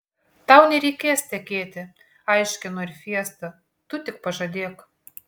tau nereikės tekėti aiškino ir fiesta tu tik pažadėk